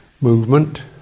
movement